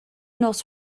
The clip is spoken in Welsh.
nos